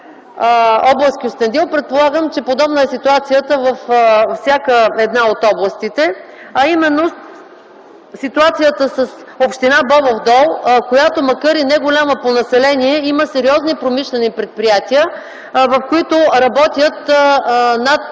област Кюстендил. Предполагам, че подобна е ситуацията с всяка една от областите, а именно ситуацията с община Бобов дол, която макар и неголяма по население, има сериозни промишлени предприятия. Там работят над